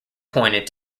pointed